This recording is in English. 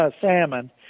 salmon